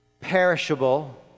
perishable